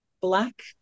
Black